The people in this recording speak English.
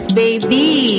baby